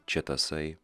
čia tasai